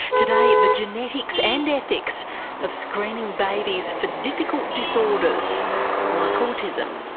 today the genetics and ethics of screening babies for difficult disorders like autism.